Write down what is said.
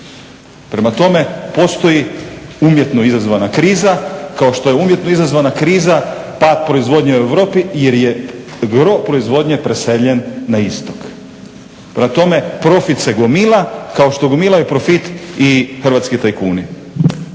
Prema tome, postoji umjetno izazvana kriza kao što je umjetno izazvana kriza pad proizvodnje u Europi jer je gro proizvodnje preseljen na istok. Prema tome, profit se gomila, kao što gomilaju profit i hrvatski tajkuni.